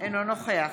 אינו נוכח